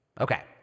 Okay